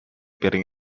piring